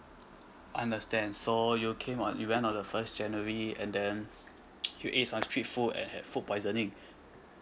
I understand so you came on you went on the first january and then you ate some street food and had food poisoning